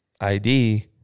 ID